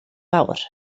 fawr